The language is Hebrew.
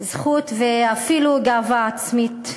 זכות ואפילו גאווה עצמית.